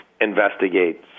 investigate